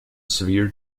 severe